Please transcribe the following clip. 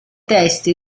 testi